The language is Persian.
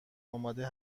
آماده